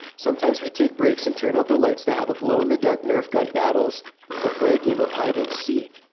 sometimes we'd take breaks and turn out the lights to have glow-in-the-dark nerf gun battles or play a game of hide and seek.